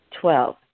Twelve